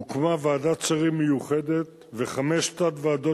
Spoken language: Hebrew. הוקמה ועדת שרים מיוחדת וחמש תת-ועדות